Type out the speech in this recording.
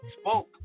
Spoke